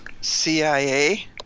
CIA